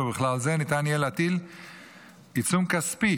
ובכלל זה ניתן יהיה להטיל עיצום כספי